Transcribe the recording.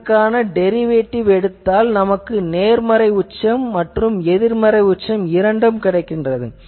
இதற்கு டெரிவேட்டிவ் எடுத்தால் நமக்கு நேர்மறை உச்சம் மற்றும் எதிர்மறை உச்சம் கிடைக்கின்றது